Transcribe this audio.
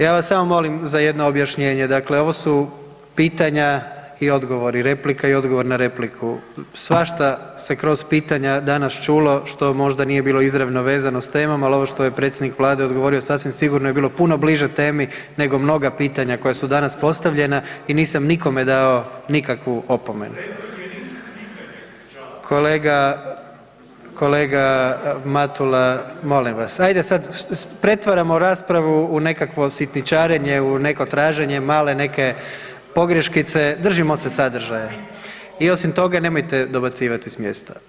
Ja vas samo molim za jedno objašnjenje, dakle ovo su pitanja i odgovori, replika i odgovor na repliku, svašta se kroz pitanja danas čulo što možda nije bilo izravno vezano s temom, ali ovo što je predsjednik Vlade odgovorio sasvim sigurno je puno bliže temi nego mnoga pitanja koja su danas postavljana i nisam nikome dao nikakvu opomenu. … [[Upadica se ne razumije.]] Kolega Matula molim vas, ajde sad pretvaramo raspravu u nekakvo sitničarenje u neko traženje male neke pogreškice, držimo se sadržaja i osim toga nemojte dobacivati s mjesta.